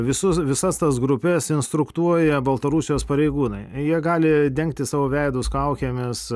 visus visas tas grupes instruktuoja baltarusijos pareigūnai jie gali dengtis savo veidus kaukėmis